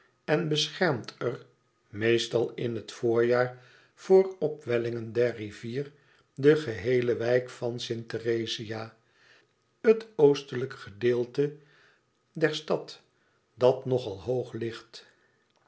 en beschermt er meestal in het voorjaar voor opwellingen der rivier de geheele wijk van st therezia het oostelijk gedeelte der stad dat nogal hoog ligt